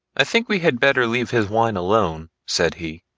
i think we had better leave his wine alone, said he.